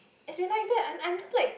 it's been like that and I'm just like